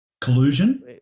Collusion